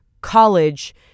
college